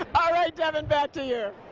ah right, devin, back to you.